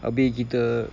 habis kita